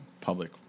public